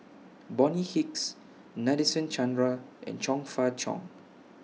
Bonny Hicks Nadasen Chandra and Chong Fah Cheong